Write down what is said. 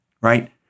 right